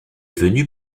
venu